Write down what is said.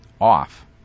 off